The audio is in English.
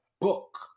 book